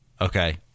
Okay